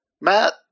Matt